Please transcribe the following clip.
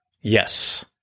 Yes